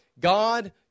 God